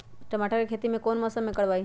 टमाटर की खेती कौन मौसम में करवाई?